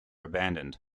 abandoned